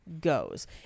goes